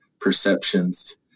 perceptions